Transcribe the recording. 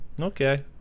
okay